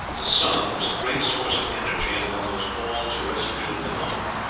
the sun is the great source of energy in almost all terrestrial phenomena.